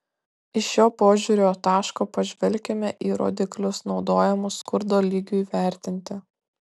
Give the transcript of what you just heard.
iš šio požiūrio taško pažvelkime į rodiklius naudojamus skurdo lygiui vertinti